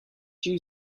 you